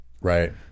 Right